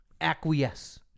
acquiesce